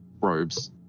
robes